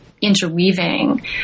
interweaving